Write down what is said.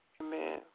Amen